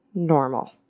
normal.